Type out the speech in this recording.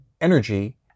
energy